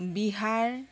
Bihar